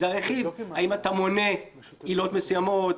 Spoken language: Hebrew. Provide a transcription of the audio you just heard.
האם אתה מונה עילות מסוימות,